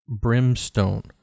Brimstone